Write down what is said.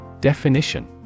Definition